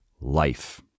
life